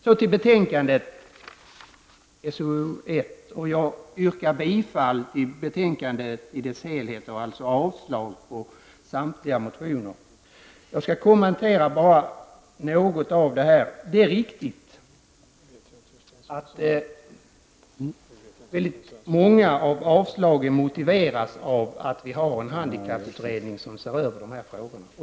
Så till betänkandet SoU1. Jag yrkar bifall till utskottets hemställan på alla punkter och därmed avslag på samtliga reservationer. Jag skall endast kommentera några av dessa. Det är riktigt att väldigt många av avslagen motiveras med att vi har en handikapputredning som ser över dessa frågor.